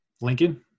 Lincoln